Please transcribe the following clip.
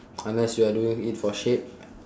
unless you are doing it for shape